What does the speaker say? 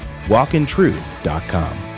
walkintruth.com